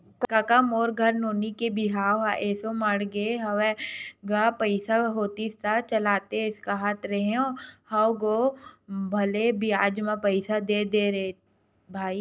कका मोर घर नोनी के बिहाव ह एसो माड़हे हवय गा पइसा होतिस त चलातेस कांहत रेहे हंव गो भले बियाज म पइसा दे देतेस रे भई